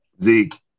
Zeke